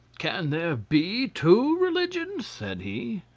can there be two religions? said he.